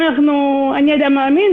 אני אדם מאמין,